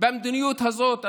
במדיניות הזאת,